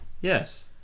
Yes